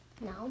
No